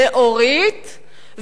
לאורית,